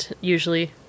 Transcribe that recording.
usually